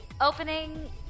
Opening